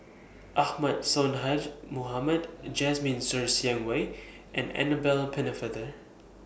Ahmad Sonhadji Mohamad Jasmine Ser Xiang Wei and Annabel Pennefather